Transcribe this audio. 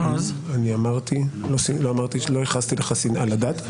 לא ייחסתי לך שנאה לדת.